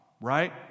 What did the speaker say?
right